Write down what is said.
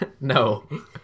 no